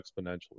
exponentially